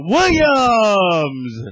Williams